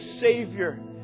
Savior